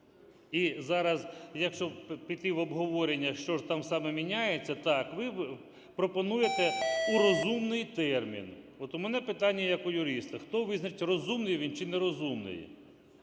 І зараз, якщо піти в обговорення, що ж там саме міняється. Так, ви пропонуєте: "у розумний термін". От у мене питання як у юриста. Хто визначить, розумний він чи нерозумний?